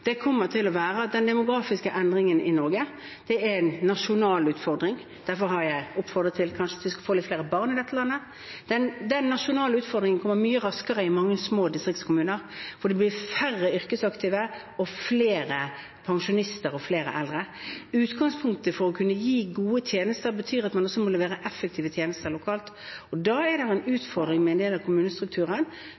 være den demografiske endringen i Norge. Det er en nasjonal utfordring. Derfor har jeg oppfordret til å få litt flere barn i dette landet. Den nasjonale utfordringen kommer mye raskere i mange små distriktskommuner, for det blir færre yrkesaktive og flere pensjonister og eldre. Utgangspunktet for å kunne gi gode tjenester er at man må kunne levere effektive tjenester lokalt. Da er det en